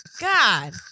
God